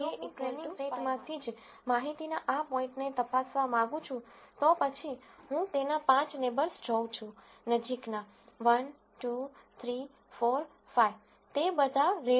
હવે જો હું ટ્રેનીંગ સેટ માંથી જ માહિતીના આ પોઈન્ટને તપાસવા માંગું છું તો પછી હું તેના પાંચ નેબર્સ જોઉં છું નજીકના 1 2 3 4 5 તે બધા રેડ છે